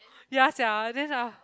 ya sia